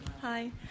Hi